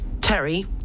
Terry